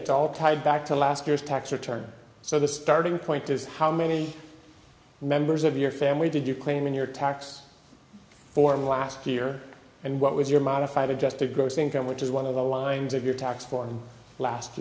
it's all tied back to last year's tax return so the starting point is how many members of your family did you claim in your tax form last year and what was your modified adjusted gross income which is one of the lines of your tax form last